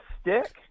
stick